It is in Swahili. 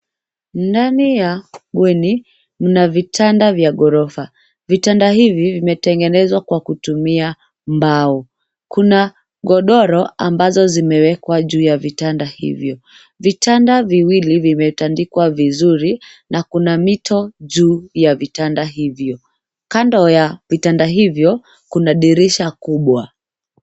Ndani ya bweni mna vitanda vya ghorofa. Vitanda hivi vimetegenezwa kwa kutumia mbao. Kuna godoro ambazo zimewekwa juu ya vitanda hivyo. Vitanda viwili vimetandikwa vizuri na kuna mito juu ya vitanda hivyo. Kando ya vitanda hivyo kuna dirisha kubwa.